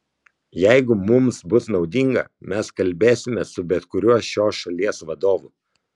jeigu mums bus naudinga mes kalbėsimės su bet kuriuo šios šalies vadovu